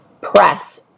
press